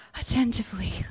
attentively